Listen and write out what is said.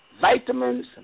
vitamins